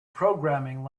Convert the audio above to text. programming